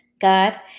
God